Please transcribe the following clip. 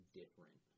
different